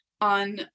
on